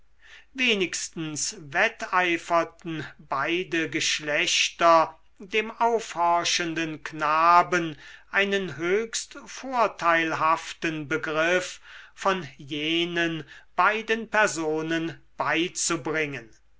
wenigstens wetteiferten beide geschlechter dem aufhorchenden knaben einen höchst vorteilhaften begriff von jenen beiden personen beizubringen